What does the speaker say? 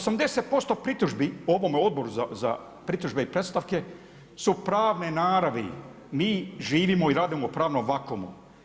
80% pritužbi ovome Odboru za pritužbe i predstavke su pravne naravi, mi živimo i radimo u pravnom vakuumu.